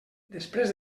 després